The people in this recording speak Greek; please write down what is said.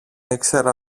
ήξερα